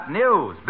news